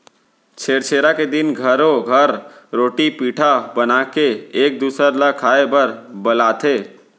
छेरछेरा के दिन घरो घर रोटी पिठा बनाके एक दूसर ल खाए बर बलाथे